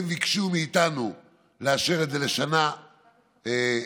הם ביקשו מאיתנו לאשר את זה לשנה וחצי,